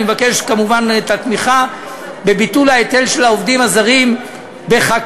אני מבקש כמובן את התמיכה בביטול ההיטל של העובדים הזרים בחקלאות,